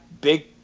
big